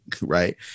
right